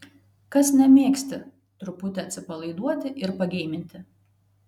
kas nemėgsti truputį atsipalaiduoti ir pageiminti